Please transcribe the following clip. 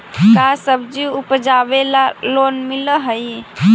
का सब्जी उपजाबेला लोन मिलै हई?